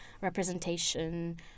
representation